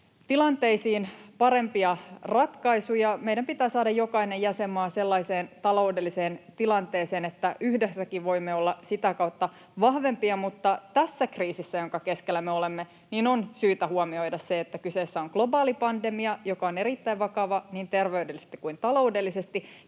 tilanteisiin parempia ratkaisuja. Meidän pitää saada jokainen jäsenmaa sellaiseen taloudelliseen tilanteeseen, että yhdessäkin voimme olla sitä kautta vahvempia. Mutta tässä kriisissä, jonka keskellä me olemme, on syytä huomioida se, että kyseessä on globaali pandemia, joka on erittäin vakava niin terveydellisesti kuin taloudellisesti.